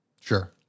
Sure